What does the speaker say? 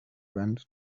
went